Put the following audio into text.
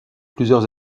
plusieurs